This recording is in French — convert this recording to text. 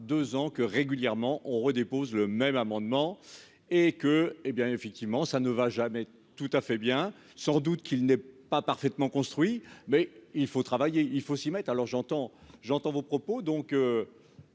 2 ans que régulièrement on redéposer le même amendement et que, hé bien, effectivement, ça ne va jamais tout à fait bien sans doute qu'il n'est pas parfaitement construit, mais il faut travailler, il faut s'y mettent à alors j'entends, j'entends vos propos donc.